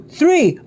three